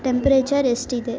temperature ಎಷ್ಟಿದೆ